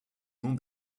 nom